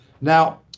Now